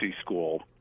School